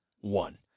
one